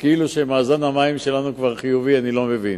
וכאילו שמאזן המים שלנו כבר חיובי, אני לא מבין.